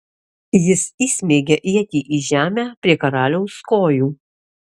jis įsmeigia ietį į žemę prie karaliaus kojų